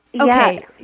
Okay